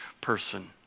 person